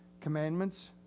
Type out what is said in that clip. commandments